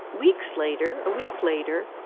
weeks later, a week later,